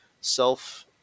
self